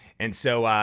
and so,